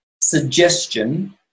suggestion